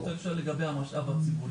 אדוני, אני רוצה לשאול לגבי המשאב עצמו.